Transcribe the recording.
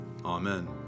Amen